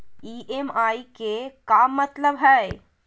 EMI के का मतलब हई?